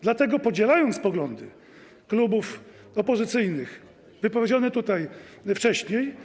Dlatego, podzielając poglądy klubów opozycyjnych, wypowiedziane tutaj wcześniej.